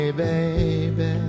baby